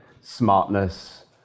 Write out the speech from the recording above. smartness